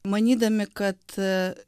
manydami kad